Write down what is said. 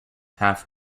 half